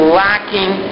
lacking